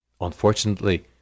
Unfortunately